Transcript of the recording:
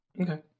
Okay